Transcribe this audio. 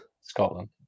Scotland